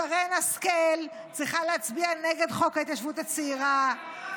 שרן השכל צריכה להצביע נגד חוק ההתיישבות הצעירה,